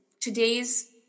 today's